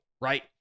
right